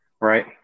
Right